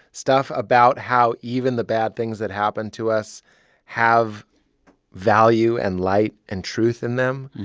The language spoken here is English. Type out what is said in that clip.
stuff about how even the bad things that happen to us have value and light and truth in them,